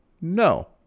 No